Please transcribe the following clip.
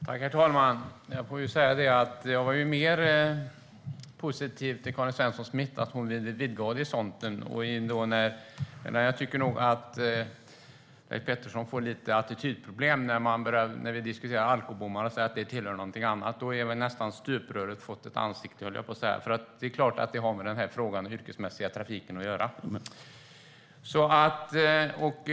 Herr talman! Jag var mer positiv till Karin Svensson Smith, som ville vidga horisonten. Jag tycker nog att Leif Pettersson får lite attitydproblem när vi diskuterar alkobommar och han säger att det tillhör någonting annat. Då har nästan stupröret fått ett ansikte, höll jag på att säga. Det är klart att detta har med frågan om yrkesmässig trafik att göra.